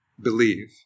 believe